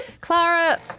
Clara